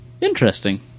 Interesting